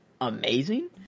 amazing